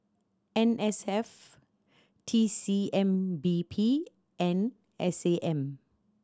N S F T C M B P and S A M